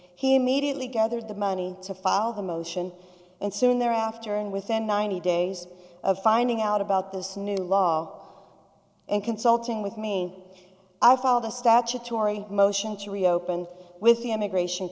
he immediately gathered the money to file the motion and soon thereafter and within ninety days of finding out about this new law and consulting with me i followed the statutory motion to reopen with the immigration